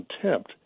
contempt